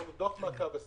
עשינו דוח מעקב.